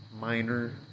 minor